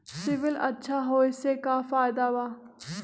CIBIL अच्छा होऐ से का फायदा बा?